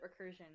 recursion